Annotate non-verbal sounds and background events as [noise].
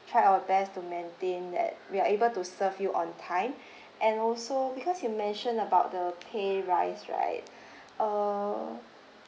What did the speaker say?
try our best to maintain that we are able to serve you on time [breath] and also because you mentioned about the pay rise right uh